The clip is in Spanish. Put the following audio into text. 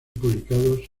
publicados